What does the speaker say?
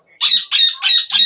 मोबाइलचे पेमेंट कसे करतात?